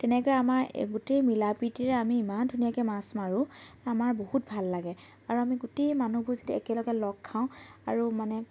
তেনেকৈ আমাৰ গোটেই মিলা প্ৰীতিৰে আমি ইমান ধুনীয়াকৈ মাছ মাৰোঁ আমাৰ বহুত ভাল লাগে আৰু আমি গোটেই মানুহবোৰ যেতিয়া একেলগে লগ খাওঁ আৰু মানে